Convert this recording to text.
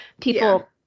people